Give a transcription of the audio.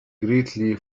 greatly